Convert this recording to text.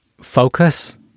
focus